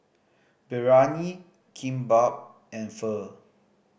Biryani Kimbap and Pho